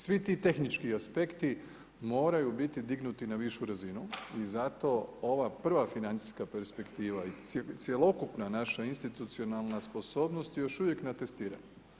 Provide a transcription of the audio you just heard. Svi ti tehnički aspekti moraju biti dignuti na višu razinu i zato ova prva financijska perspektiva i cjelokupna naša institucionalna sposobnost još uvijek na testiranju.